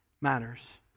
matters